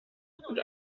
und